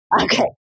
Okay